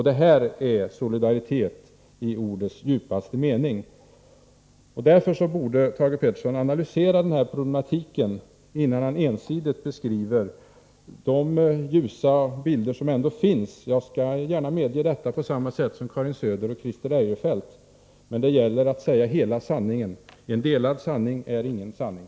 Detta är solidaritet i ordets djupaste mening. Därför borde Thage Peterson analysera den här problematiken innan han ensidigt beskriver de ljusa bilder som ändå finns — jag skall gärna medge detta på samma sätt som Karin Söder och Christer Eirefelt, men det gäller att säga hela sanningen. En delad sanning är ingen sanning.